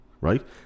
right